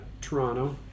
Toronto